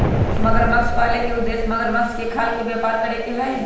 मगरमच्छ पाले के उद्देश्य मगरमच्छ के खाल के व्यापार करे के हई